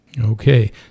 Okay